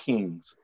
Kings